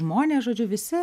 žmonės žodžiu visi